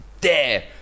dare